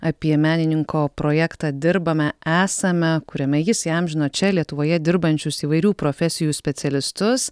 apie menininko projektą dirbame esame kuriame jis įamžino čia lietuvoje dirbančius įvairių profesijų specialistus